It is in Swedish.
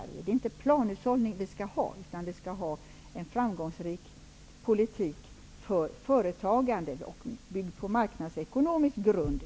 Vi skall alltså inte ha planhushållning, utan vi skall ha en framgångsrik politik som är till förmån för företagandet och som bygger på marknadsekonomisk grund.